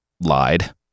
lied